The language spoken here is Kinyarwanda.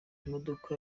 imodoka